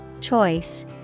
Choice